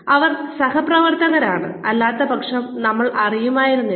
ഇവർ സഹപ്രവർത്തകരാണെന്ന് അല്ലാത്തപക്ഷം നമ്മൾ അറിയുമായിരുന്നില്ല